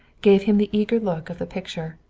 gave him the eager look of the picture.